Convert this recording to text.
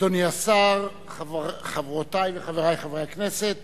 אדוני השר, חברותי וחברי חברי הכנסת,